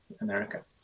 America